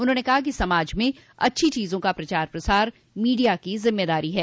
उन्होंने कहा कि समाज में अच्छी चीजों का प्रचार प्रसार मीडिया की जिम्मेदारी है